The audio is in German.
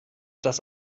das